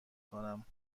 کنم